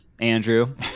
andrew